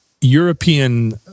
European